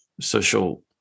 social